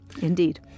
Indeed